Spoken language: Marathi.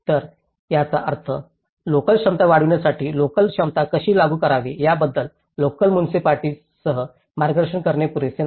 तर याचा अर्थ लोकल क्षमता वाढविण्यासाठी लोकल क्षमता कशी लागू करावी याबद्दल लोकल मुनिसिपालिटीएसना मार्गदर्शन करणे पुरेसे नाही